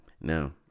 now